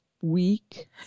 week